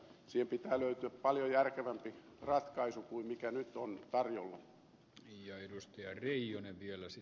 siihen pitää löytyä paljon järkevämpi ratkaisu kuin mikä nyt on tarjolla